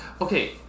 Okay